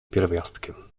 pierwiastkiem